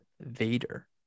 Vader